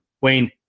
Wayne